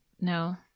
No